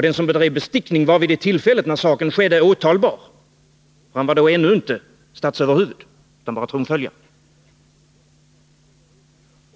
Den som bedrev bestickning var vid tillfället åtalbar. Han var då ännu inte statsöverhuvud utan bara tronföljare.